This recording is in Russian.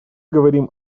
говорим